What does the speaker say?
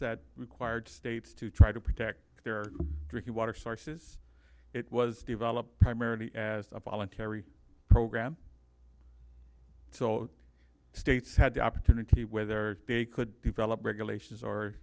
that required states to try to protect their drinking water sources it was developed primarily as a voluntary program so states had the opportunity whether they could develop regulations or